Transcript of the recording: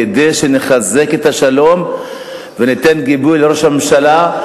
כדי שנחזק את השלום וניתן גיבוי לראש הממשלה,